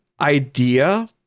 idea